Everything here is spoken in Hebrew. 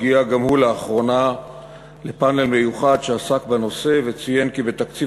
הגיע גם הוא לאחרונה לפאנל מיוחד שעסק בנושא וציין כי בתקציב